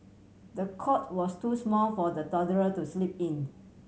the cot was too small for the toddler to sleep in